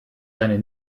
eine